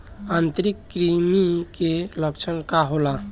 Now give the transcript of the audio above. आंतरिक कृमि के लक्षण का होला?